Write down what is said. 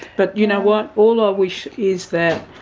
but you know what, all ah i wish is that,